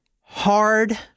hard